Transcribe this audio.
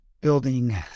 building